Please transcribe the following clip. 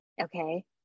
okay